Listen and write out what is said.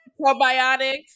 probiotics